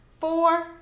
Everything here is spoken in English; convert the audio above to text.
Four